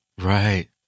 Right